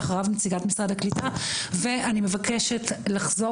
לאחריו נציגת משרד הקליטה ואני מבקשת לחזור